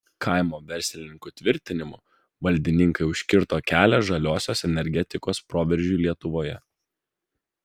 kaimo verslininkų tvirtinimu valdininkai užkirto kelią žaliosios energetikos proveržiui lietuvoje